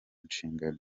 nshingano